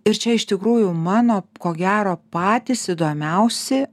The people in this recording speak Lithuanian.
ir čia iš tikrųjų mano ko gero patys įdomiausi